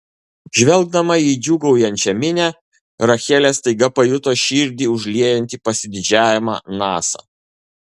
žvelgdama į džiūgaujančią minią rachelė staiga pajuto širdį užliejantį pasididžiavimą nasa